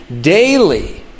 daily